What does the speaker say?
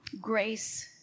Grace